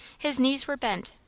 his knees were bent,